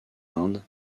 inde